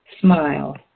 Smile